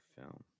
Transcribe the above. film